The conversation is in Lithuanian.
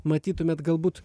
matytumėt galbūt